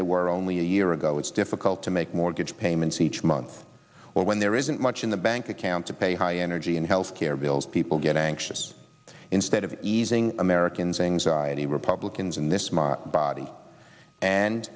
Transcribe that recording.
they were only a year ago it's difficult to make mortgage payments each month when there isn't much in the bank account to pay high energy and health care bills people get anxious instead of easing americans anxiety republicans in this my body and